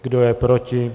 Kdo je proti?